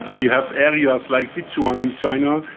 you have areas like sichuan in china,